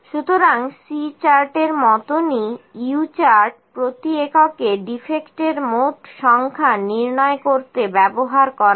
সুতরাং C চার্টের মতনই U চার্ট প্রতি এককে ডিফেক্টের মোট সংখ্যা নির্ণয় করতে ব্যবহার করা হয়